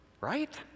Right